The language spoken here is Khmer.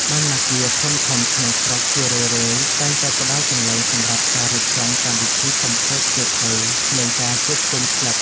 បណ្ណាគារធំៗក្នុងស្រុកជារឿយៗតែងតែផ្ដល់កន្លែងសម្រាប់ការរៀបចំកម្មវិធីសម្ពោធសៀវភៅ និងការជួបជុំក្លឹប។